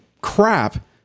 crap